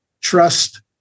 trust